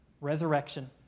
Resurrection